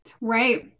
Right